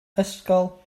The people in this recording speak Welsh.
ysgol